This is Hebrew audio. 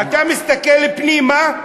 אתה מסתכל פנימה,